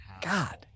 God